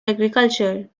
agriculture